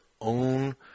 own